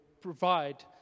provide